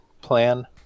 plan